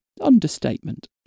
Understatement